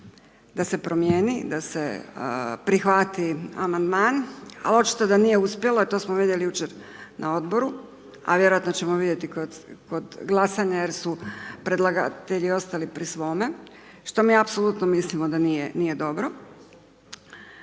da se promijeni, da se prihvati amandman ali očito da nije uspjelo jer to smo vidjeli jučer na odboru, a vjerojatni ćemo vidjeti kod glasanja jer su predlagatelji pri svome što mi apsolutno mislimo da nije dobro.